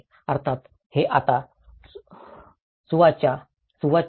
अर्थात हे आता सुवाच्य नाही